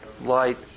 light